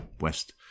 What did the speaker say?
west